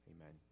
Amen